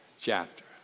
chapter